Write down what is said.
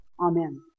Amen